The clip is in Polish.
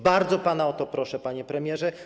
Bardzo pana o to proszę, panie premierze.